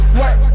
work